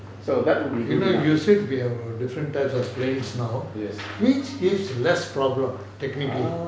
so that will be good enough